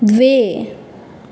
द्वे